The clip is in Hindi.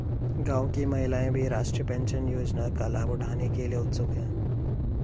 गांव की महिलाएं भी राष्ट्रीय पेंशन योजना का लाभ उठाने के लिए उत्सुक हैं